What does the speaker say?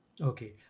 Okay